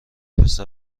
پسر